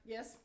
Yes